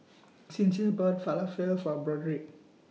Sincere bought Falafel For Broderick